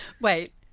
Wait